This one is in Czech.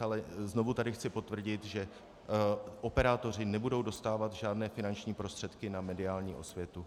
Ale znovu tady chci potvrdit, že operátoři nebudou dostávat žádné finanční prostředky na mediální osvětu.